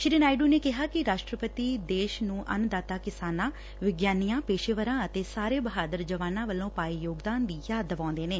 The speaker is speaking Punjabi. ਸ੍ਰੀ ਨਾਇਡੂ ਨੇ ਕਿਹਾ ਕਿ ਰਾਸ਼ਟਰਪਡੀ ਦੇਸ਼ ਨੂੰ ਅੰਨਦਾਤਾ ਕਿਸਾਨਾਂ ਵਿਗਿਆਨੀਆਂ ਪੇਸ਼ੇਵਰਾਂ ਅਤੇ ਸਾਰੇ ਬਹਾਦੁਰ ਜਵਾਨਾਂ ਵੱਲੋਂ ਪਾਏ ਯੋਗਦਾਨ ਦੀ ਯਾਦ ਦਿਵਾਉਂਦੇ ਨੇ